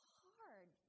hard